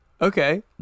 Okay